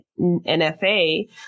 NFA